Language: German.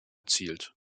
erzielt